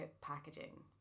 packaging